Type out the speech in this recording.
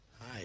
Hi